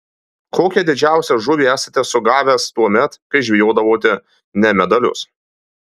kokią didžiausią žuvį esate sugavęs tuomet kai žvejodavote ne medalius